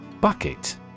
Bucket